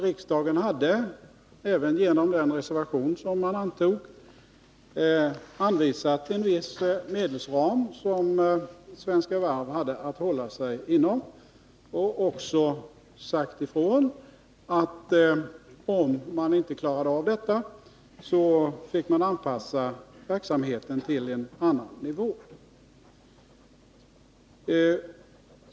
Riksdagen hade även genom den reservation som antogs anvisat en Onsdagen den viss medelsram som Svenska Varv hade att hålla sig inom. Riksdagen hade 20 maj 1981 också sagt ifrån att om man inte klarade av detta fick man anpassa verksamheten härefter och lägga den på en annan nivå.